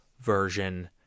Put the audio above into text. version